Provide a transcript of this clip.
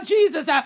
Jesus